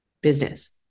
business